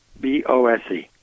B-O-S-E